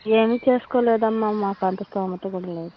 ఏమీ చేసుకోలేదమ్మా మాకు అంత స్తోమత కూడా లేదు